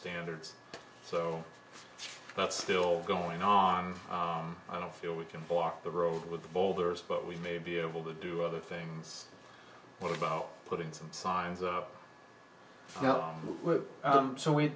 standards so that's still going on i don't feel we can block the road with boulders but we may be able to do other things what about putting some signs up now so we